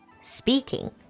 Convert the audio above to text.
speaking